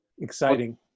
Exciting